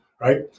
right